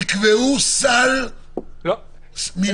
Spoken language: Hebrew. תקבעו סל מינימלי.